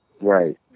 Right